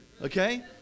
Okay